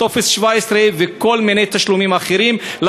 לטופס 17 וכל מיני תשלומים אחרים.